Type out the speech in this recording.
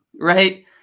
right